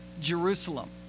Jerusalem